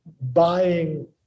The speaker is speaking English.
buying